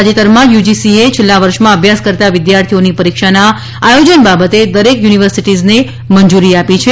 તાજેતરમાં જ યુજીસીએ છેલ્લા વર્ષમાં અભ્યાસ કરતા વિદ્યાર્થીઓની પરીક્ષાના આયોજન બાબતે દરેક યુનિવર્સિટીઝને મંજૂરી આપી છે